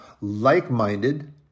like-minded